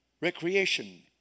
recreation